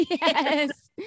yes